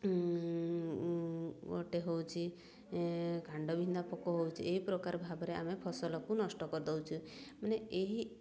ଗୋଟେ ହେଉଛି କାଣ୍ଡ ଭିନ୍ଧା ପୋକ ହେଉଛି ଏଇ ପ୍ରକାର ଭାବରେ ଆମେ ଫସଲକୁ ନଷ୍ଟ କରିଦେଉଛୁ ମାନେ ଏହି